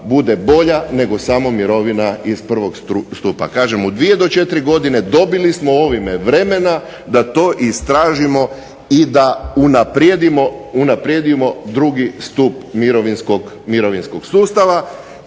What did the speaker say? bude bolja nego samo mirovina iz prvog stupa. Kažem u 2 do 4 godine dobili smo ovime vremena da to istražimo i da unaprijedimo drugi stup mirovinskog sustava.